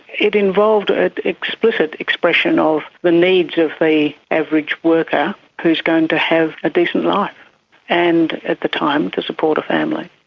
it involved an explicit expression of the needs of the average worker who is going to have a decent life and, at the time, to support a family.